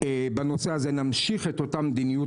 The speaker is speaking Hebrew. בנושא הזה אנחנו נמשיך את אותה מדיניות,